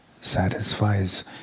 satisfies